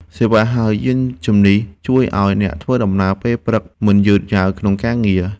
សេវាហៅយានជំនិះ ជួយឱ្យអ្នកធ្វើដំណើរពេលព្រឹកមិនយឺតយ៉ាវក្នុងការងារ។